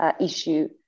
issue